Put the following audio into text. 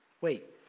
Wait